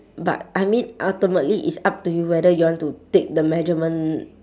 but I mean ultimately it's up to you whether you want to take the measurement